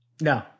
No